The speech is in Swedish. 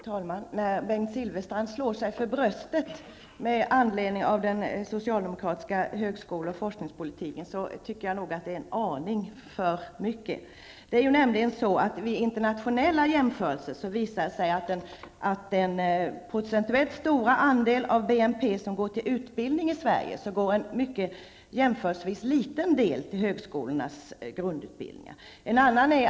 Fru talman! När Bengt Silfverstrand slår sig för bröstet med anledning av den socialdemokratiska högskole och forskningspolitiken är det en aning för mycket. Det är nämligen så att det vid internationella jämförelser visar sig, att av den procentuellt stora andel av BNP som går till utbildning i Sverige går en liten del till högskolornas grundutbildning.